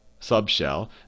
subshell